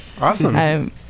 Awesome